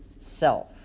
self